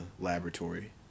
laboratory